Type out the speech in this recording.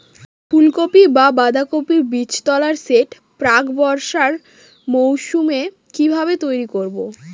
ফুলকপি বা বাঁধাকপির বীজতলার সেট প্রাক বর্ষার মৌসুমে কিভাবে তৈরি করব?